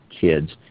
kids